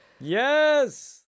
Yes